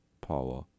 Power